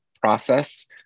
process